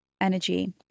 energy